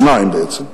בעצם שניים: